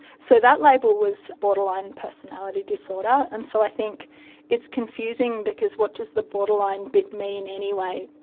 so that label was borderline personality disorder, and so i think it's confusing because what does the borderline bit mean anyway?